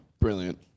Brilliant